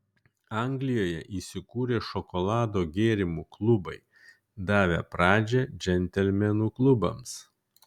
anglijoje įsikūrė šokolado gėrimo klubai davę pradžią džentelmenų klubams